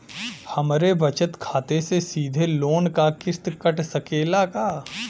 हमरे बचत खाते से सीधे लोन क किस्त कट सकेला का?